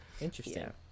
Interesting